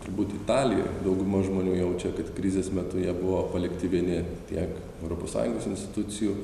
turbūt italijoj dauguma žmonių jaučia kad krizės metu jie buvo palikti vieni tiek europos sąjungos institucijų